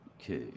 Okay